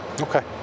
Okay